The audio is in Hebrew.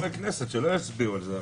יש חברי כנסת שלא יצביעו על זה.